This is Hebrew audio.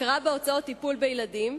( הכרה בהוצאות טיפול בילדים).